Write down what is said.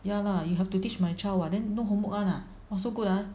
ya lah you have to teach my child [what] then no homework [one] ah !wah! so good ah